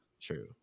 true